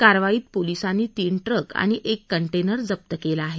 कारवाईत पोलिसांनी तीन ट्रक आणि एक कंटेनर जप्त केला आहे